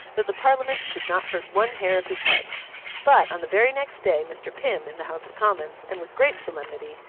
that the parliament should not hurt one hair of his head but, on the very next day mr. pym, in the house of commons, and with great solemnity,